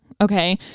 Okay